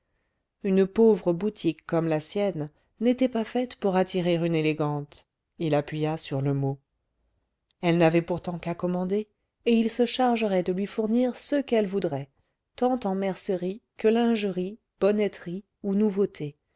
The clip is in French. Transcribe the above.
une pauvre boutique comme la sienne n'était pas faite pour attirer une élégante il appuya sur le mot elle n'avait pourtant qu'à commander et il se chargerait de lui fournir ce qu'elle voudrait tant en mercerie que lingerie bonneterie ou nouveautés